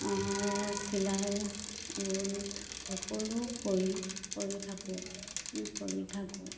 চিলাই ঊল সকলো কৰি কৰি থাকোঁ কৰি থাকোঁ